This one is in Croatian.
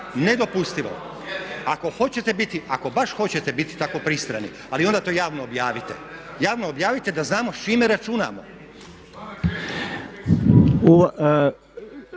biti, ako baš hoćete biti tako pristrani ali onda to javno objavite. Javno objavite da znamo s čime računamo.